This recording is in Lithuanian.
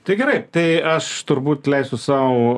tai gerai tai aš turbūt leisiu sau